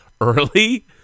early